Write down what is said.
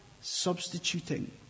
substituting